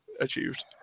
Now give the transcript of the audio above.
achieved